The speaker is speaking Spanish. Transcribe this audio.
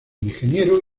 ingeniero